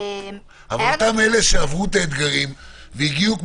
אותם אלה שעברו את האתגרים והגיעו עד לקצה,